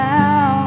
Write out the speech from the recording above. now